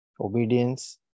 Obedience